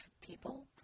people